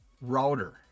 router